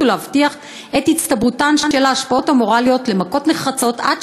ולהבטיח את הצטברותן של ההשפעות המורליות למכות נחרצות עד